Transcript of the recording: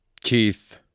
keith